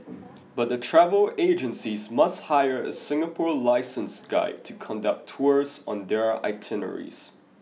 but the travel agencies must hire a Singapore licensed guide to conduct tours on their itineraries